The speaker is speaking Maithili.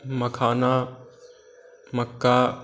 मखाना मक्का